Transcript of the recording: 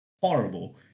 Horrible